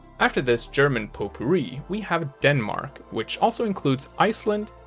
after this german potpourri, we have denmark, which also includes iceland